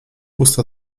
usta